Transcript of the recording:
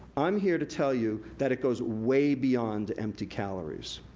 i'm here to tell you that it goes way beyond empty calories.